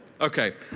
okay